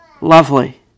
lovely